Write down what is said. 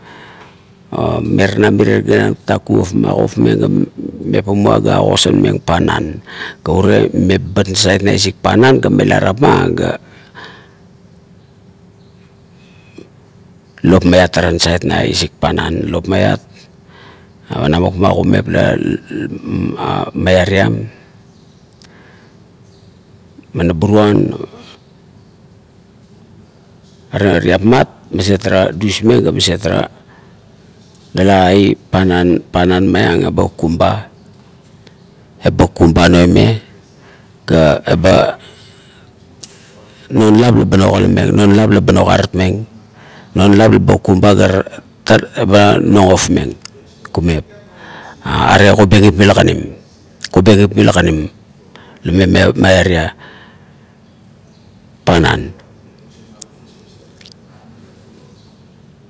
Meranam mirie ganam tatak kuop ma kafmeng mefanoa ga agosarmeng panan, ga urie meba bat na isik panan ga mela tapma ga lopmiat ara na isik panan. Lopmiat, namit ma kumep la miavian, manaburuan, are rapmat, maset ara dusmeng ga maset ara tala ai panan, panan maiang eba kukun ba, eba kukun ba noime ga eba non lap eba nogala meng, non lap eba no karatmeng, non lap evba kukum ba ga eba nogofmeng kumep, are kobengip mila kanim, kobengip mila kanim, kobengip mila kanim la mame meara panan